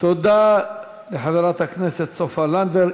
תודה לחברת הכנסת סופה לנדבר.